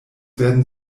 werden